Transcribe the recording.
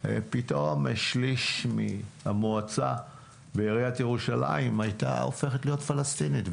פתאום 1/3 מהמועצה בעיריית ירושלים היתה הופכת להיות פלסטינית,